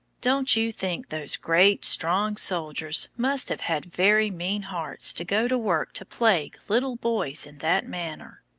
don't you think those great, strong soldiers must have had very mean hearts to go to work to plague little boys in that manner?